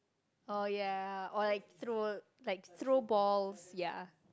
oh ya oh like throw like throw balls ya